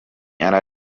ára